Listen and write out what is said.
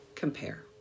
Compare